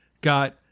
Got